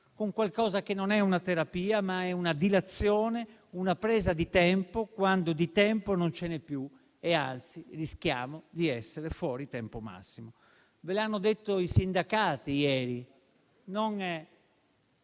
con qualcosa che non è una terapia, ma è una dilazione, una presa di tempo, quando di tempo non ce n'è più e, anzi, rischiamo di essere fuori tempo massimo. Ve l'hanno detto i sindacati ieri, non